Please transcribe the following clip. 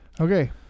Okay